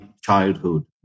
childhood